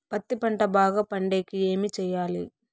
పత్తి పంట బాగా పండే కి ఏమి చెయ్యాలి?